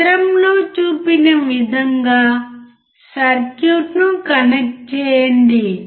చిత్రంలో చూపిన విధంగా సర్క్యూట్ను కనెక్ట్ చేయండి